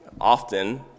often